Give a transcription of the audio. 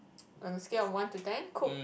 on a scale of one to ten cook